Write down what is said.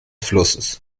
flusses